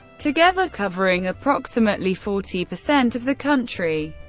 together covering approximately forty percent of the country.